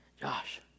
Josh